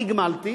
תגמלתי,